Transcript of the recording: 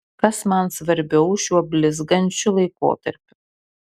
kas man svarbiau šiuo blizgančiu laikotarpiu